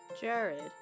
Jared